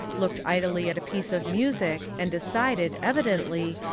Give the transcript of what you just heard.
looked idly at a piece of music and decided, evidently,